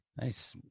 Nice